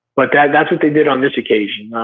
but yeah that's what they did on this occasion.